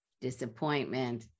disappointment